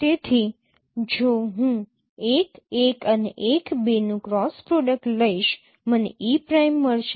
તેથી જો હું l 1 અને l 2 નું ક્રોસ પ્રોડક્ટ લઈશ મને e પ્રાઈમ મળશે